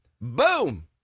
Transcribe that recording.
Boom